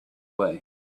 way